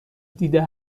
دیده